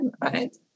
right